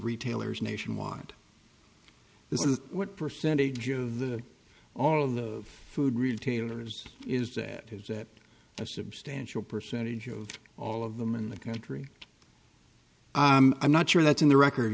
retailers nationwide this is what percentage of the all of the food retailers is that is that a substantial percentage of all of them in the country i'm not sure that's in the record